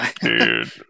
dude